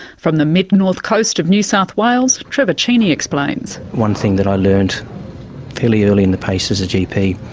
from the mid north coast of new south wales, trevor cheney explains. one thing that i learnt fairly early in the piece as a gp,